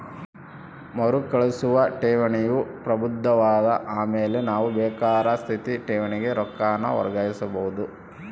ಮರುಕಳಿಸುವ ಠೇವಣಿಯು ಪ್ರಬುದ್ಧವಾದ ಆಮೇಲೆ ನಾವು ಬೇಕಾರ ಸ್ಥಿರ ಠೇವಣಿಗೆ ರೊಕ್ಕಾನ ವರ್ಗಾಯಿಸಬೋದು